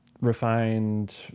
refined